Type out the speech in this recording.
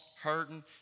hurting